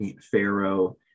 Pharaoh